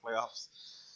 playoffs